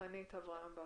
אריאל סיזל